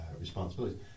responsibilities